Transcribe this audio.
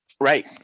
Right